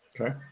Okay